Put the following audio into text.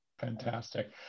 Fantastic